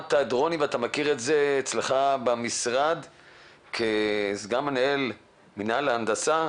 ששמעת את רוני ואתה מכיר את זה אצלך במשרד כסגן מנהל מינהל ההנדסה?